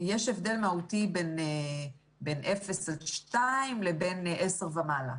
יש הבדל מהותי בין אפס עד שתיים לבין עשר ומעלה.